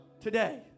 Today